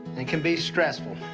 and can be stressful,